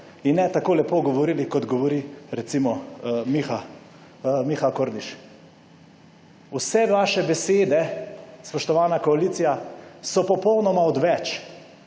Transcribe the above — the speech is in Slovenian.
In ne tako lepo govorili kot govori, recimo, Miha Kordiš. Vse vaše besede, spoštovana koalicija, so popolnoma odveč.